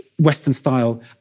Western-style